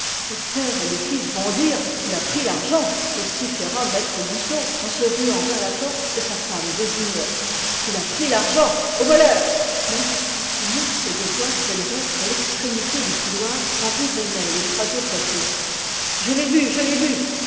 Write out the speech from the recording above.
le père et les fils bondirent il a pris l'argent vociféra maître goussot en se ruant vers la porte que sa femme désignait il a pris l'argent au voleur mais un tumulte de voix s'élevait à l'extrémité du couloir par où venaient les trois autres fils je l'ai vu je l'ai vu